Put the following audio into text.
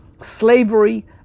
slavery